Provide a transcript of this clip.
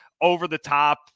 over-the-top